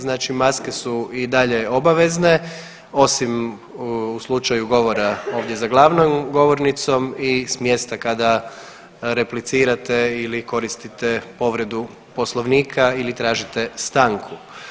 Znači maske su i dalje obavezne osim u slučaju govora ovdje za glavnom govornicom i smjesta kada replicirate ili koristite povredu Poslovnika ili tražite stanku.